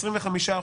לפי חישוב של 25%,